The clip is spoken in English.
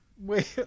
Wait